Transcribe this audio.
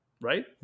right